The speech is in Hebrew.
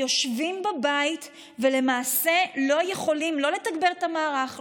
הם יושבים בבית ולמעשה לא יכולים לא לתגבר את המערך,